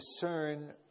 discern